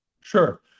Sure